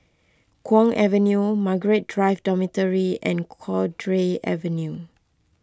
Kwong Avenue Margaret Drive Dormitory and Cowdray Avenue